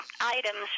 items